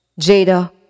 Jada